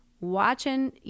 watching